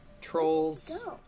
trolls